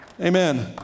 Amen